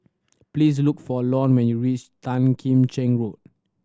please look for Lon when you reach Tan Kim Cheng Road